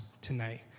tonight